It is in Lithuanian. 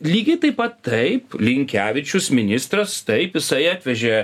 lygiai taip pat taip linkevičius ministras taip jisai atvežė